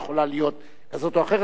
היא יכולה להיות כזאת או אחרת,